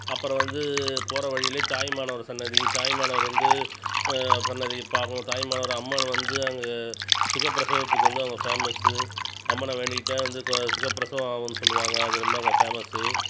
அப்புறம் வந்து போகறவழியிலே தாயுமானவர் சன்னதி தாயுமானவர் வந்து சன்னதியைப் பார்க்கணும் தாயுமானவர் அம்மன் வந்து அங்கே சுகப் பிரசவத்துக்கு வந்து அங்கே பேமஸ்ஸு அம்மனை வேண்டிக்கிட்டால் வந்து சுகப்பிரசவம் ஆவுன்னு சொல்லுவாங்க அது ரொம்ப அங்கே ஃபேமஸ்ஸு